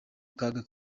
kaga